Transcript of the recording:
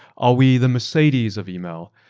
are we the mercedes of email?